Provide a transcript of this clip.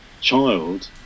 child